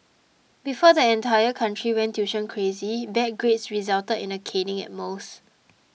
before the entire country went tuition crazy bad grades resulted in a caning at most